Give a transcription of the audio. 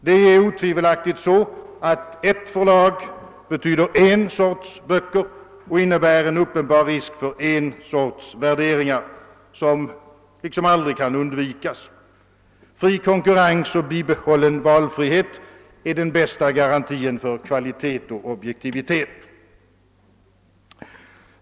Det är otvivelaktigt så att ett förlag betyder en sorts böcker och innebär en uppenbar risk för en sorts värderingar — det kan aldrig undvikas. Fri konkurrens och bibehållen valfrihet är den bästa garantin för kvalitet och objektivitet.